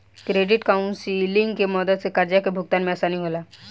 credit counselling के मदद से कर्जा के भुगतान में आसानी होला